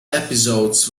episodes